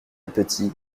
petit